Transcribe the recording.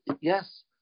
yes